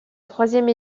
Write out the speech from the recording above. troisième